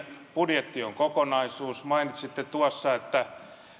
budjetti on kokonaisuus mainitsitte tuossa että tässä